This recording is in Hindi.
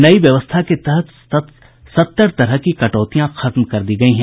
नई व्यवस्था के तहत सत्तर तरह की कटौतियां खत्म कर दी गयी हैं